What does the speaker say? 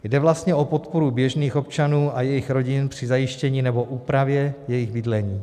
Jde vlastně o podporu běžných občanů a jejich rodin při zajištění nebo úpravě jejich bydlení.